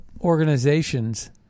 organizations